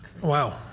wow